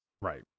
right